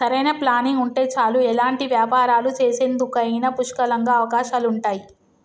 సరైన ప్లానింగ్ ఉంటే చాలు ఎలాంటి వ్యాపారాలు చేసేందుకైనా పుష్కలంగా అవకాశాలుంటయ్యి